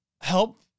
Help